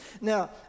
Now